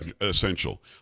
essential